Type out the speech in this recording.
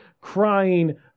crying